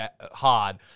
hard